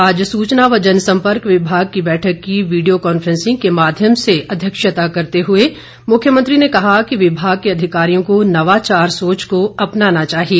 आज सूचना व जनसंपर्क विभाग की बैठक की वीडियो कांफ्रेसिंग के माध्यम से अध्यक्षता करते हए मुख्यमंत्री ने कहा कि विभाग के अधिकारियों को नवाचार सोच को अपनाना चाहिए